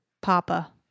Papa